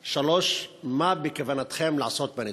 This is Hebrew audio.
3. מה בכוונתכם לעשות בנדון?